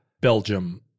Belgium